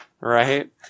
right